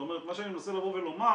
מה שאני מנסה לבוא ולומר